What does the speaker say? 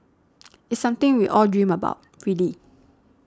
it's something we all dream about really